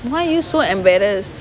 why are you so embarrassed